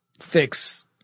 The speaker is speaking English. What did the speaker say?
fix